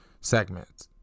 segments